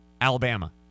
Alabama